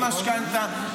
עם משכנתה,